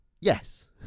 Yes